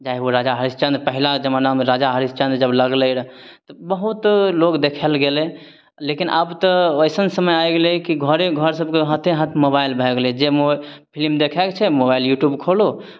चाहे ओ राजा हरीशचन्द्र पहिला जमानामे राजा हरीशचन्द्र जब लगलय रऽ तऽ बहुत लोग देखय लए गेलय लेकिन अब तऽ ओइसन समय आइ गेलय की घरे घर सबके हाथे हाथ मोबाइल भए गेलय जे मो फिल्म देखयके छै मोबाइल यूट्यूब खोलहो